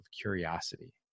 curiosity